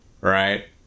right